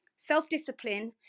self-discipline